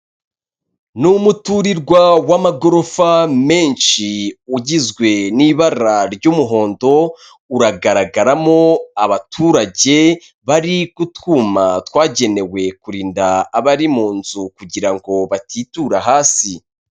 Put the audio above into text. Ni umuturirwa w'amagorofa menshi ugizwe n'ibara ry'umuhondo uragaragaramo abaturage bari kutwuma twagenewe kurinda abari mu nzu kugira ngo batitura hasi.